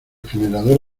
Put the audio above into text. generador